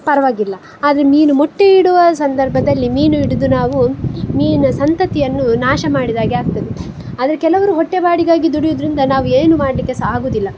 ಪರವಾಗಿಲ್ಲ ಆದರೆ ಮೀನು ಮೊಟ್ಟೆ ಇಡುವ ಸಂದರ್ಭದಲ್ಲಿ ಮೀನು ಹಿಡಿದು ನಾವು ಮೀನಿನ ಸಂತತಿಯನ್ನು ನಾಶ ಮಾಡಿದಾಗೆ ಆಗ್ತದೆ ಆದರೆ ಕೆಲವರು ಹೊಟ್ಟೆಪಾಡಿಗಾಗಿ ದುಡಿಯೋದ್ರಿಂದ ನಾವು ಏನು ಮಾಡಲಿಕ್ಕೆ ಸಹ ಆಗೋದಿಲ್ಲ